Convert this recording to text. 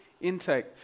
intake